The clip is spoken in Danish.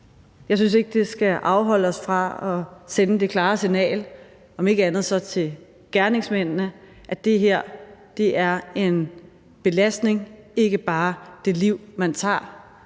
Jeg synes ikke, det skal afholde os fra at sende det klare signal, om ikke andet så til gerningsmændene, at det her er en belastning, ikke bare det liv, man tager,